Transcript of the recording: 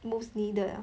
most needed ah